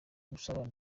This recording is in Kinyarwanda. ubusabane